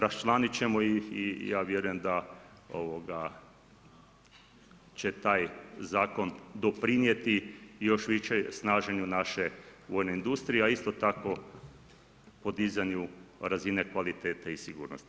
Raščlanit ćemo ih i ja vjerujem da će taj Zakon doprinijeti još više snaženju naše vojne industrije, a isto tako podizanju razine kvalitete i sigurnosti.